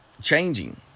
changing